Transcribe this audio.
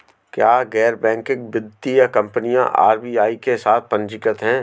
क्या गैर बैंकिंग वित्तीय कंपनियां आर.बी.आई के साथ पंजीकृत हैं?